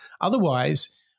Otherwise